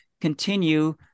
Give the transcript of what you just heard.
continue